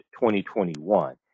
2021